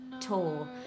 tour